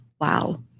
wow